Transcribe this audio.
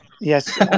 Yes